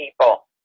people